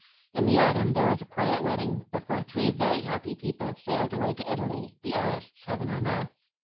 in the autumn there was a quiet wedding, before three very happy people sailed away to italy, the artist's heaven on earth.